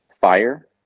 fire